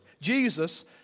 Jesus